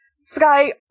Sky